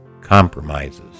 compromises